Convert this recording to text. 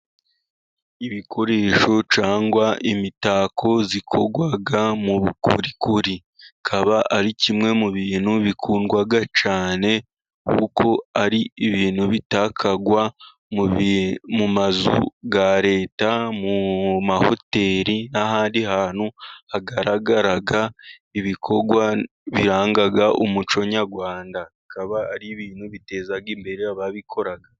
Ibikoresho cyangwa imitako ikorwa mu bukorikori, bikaba ari kimwe mu bintu bikundwa cyane, kuko ari ibintu bitakwa mu mazu ya leta, mu mahoteri n'ahandi hantu hagaragara ibikorwa biranga umuco nyarwanda. Bikaba ari ibintu biteza imbere ababikoraga.